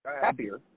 happier